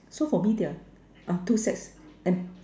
so for me there are are two sets are